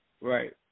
Right